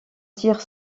tire